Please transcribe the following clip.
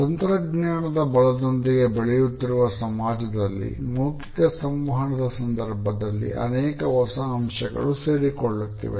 ತಂತ್ರಜ್ಞಾನದ ಬಲದೊಂದಿಗೆ ಬೆಳೆಯುತ್ತಿರುವ ಸಮಾಜದಲ್ಲಿ ಮೌಖಿಕ ಸಂವಹನದ ಸಂದರ್ಭದಲ್ಲಿ ಅನೇಕ ಹೊಸ ಅಂಶಗಳು ಸೇರಿಕೊಳ್ಳುತ್ತಿವೆ